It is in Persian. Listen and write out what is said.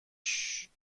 شده